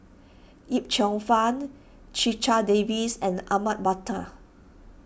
Yip Cheong Fun Checha Davies and Ahmad Mattar